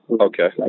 Okay